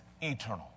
eternal